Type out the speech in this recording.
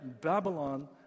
Babylon